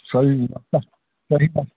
सही परिपथ